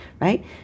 Right